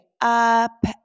up